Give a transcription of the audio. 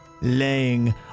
Laying